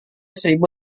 seribu